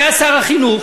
כשהיה שר החינוך,